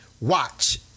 watch